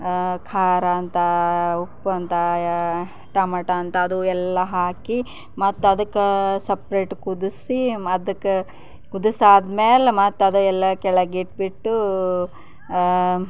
ಖಾರ ಅಂತ ಉಪ್ಪು ಅಂತ ಟೊಮೆಟೋ ಅಂತ ಅದು ಎಲ್ಲ ಹಾಕಿ ಮತ್ತು ಅದಕ್ಕೆ ಸಪ್ರೇಟ್ ಕುದಿಸಿ ಅದಕ್ಕೆ ಕುದಿಸಾದ್ಮೇಲೆ ಮತ್ತು ಅದು ಎಲ್ಲ ಕೆಳಗಿಟ್ಬಿಟ್ಟು